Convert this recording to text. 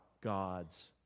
God's